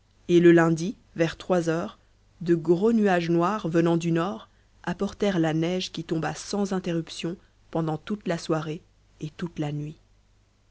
et le lundi vers trois heures de gros nuages noirs venant du nord apportèrent la neige qui tomba sans interruption pendant toute la soirée et toute la nuit